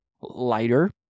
lighter